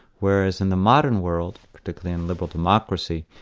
whereas in the modern world, particularly in liberal democracy,